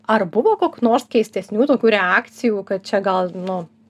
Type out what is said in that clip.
ar buvo kok nors keistesnių tokių reakcijų kad čia gal nu